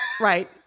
right